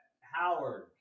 Howard